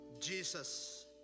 Jesus